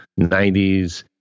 90s